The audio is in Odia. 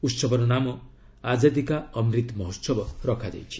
ଉତ୍ସବର ନାମ 'ଆଙ୍ଗାଦି କା ଅମ୍ରିତ୍ ମହୋସବ' ରଖାଯାଇଛି